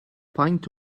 faint